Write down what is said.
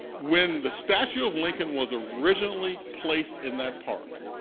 when the statue of lincoln was originally placed in that park,